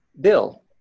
Bill